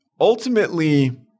ultimately